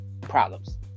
problems